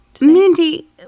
Mindy